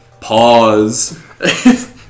Pause